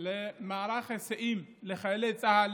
מערך היסעים לחיילי צה"ל,